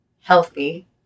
healthy